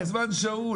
אין זמן שאול.